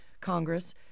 Congress